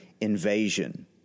invasion